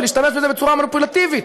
ולהשתמש בזה בצורה מניפולטיבית,